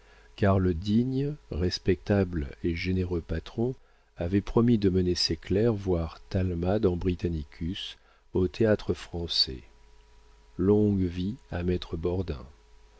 car le digne respectable et généreux patron avait promis de mener ses clercs voir talma dans britannicus au théâtre-français longue vie à maître